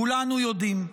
כולנו יודעים.